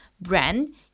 brand